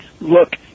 look